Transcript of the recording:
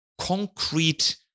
concrete